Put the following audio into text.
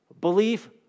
Belief